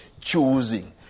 choosing